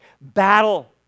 battle